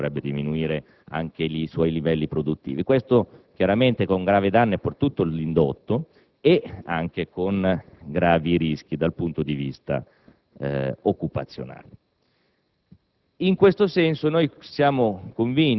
la quantità di prodotto conferito e naturalmente dovrebbe diminuire i suoi livelli produttivi; ciò chiaramente con grave danno per tutto l'indotto e con gravi rischi dal punto di vista occupazionale.